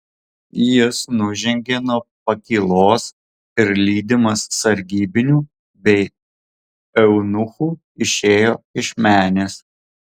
jis nužengė nuo pakylos ir lydimas sargybinių bei eunuchų išėjo iš menės